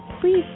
please